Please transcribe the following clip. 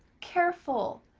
careful,